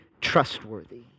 trustworthy